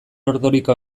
ordorika